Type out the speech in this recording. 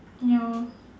ya